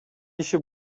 иши